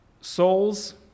souls